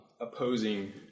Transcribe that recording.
opposing